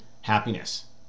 happiness